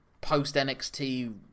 post-NXT